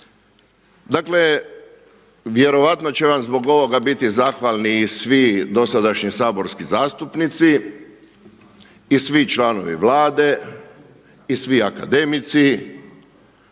Dakle, vjerojatno će vam zbog ovoga biti zahvalni i svi dosadašnji saborski zastupnici i svi članovi Vlade i svi akademici.